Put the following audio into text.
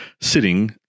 sitting